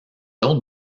autres